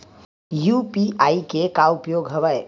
UPI के का उपयोग हवय?